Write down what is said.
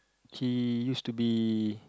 he used to be